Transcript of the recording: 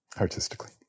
artistically